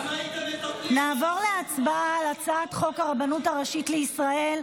בנק ישראל הוא גוף עצמאי.